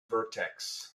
vertex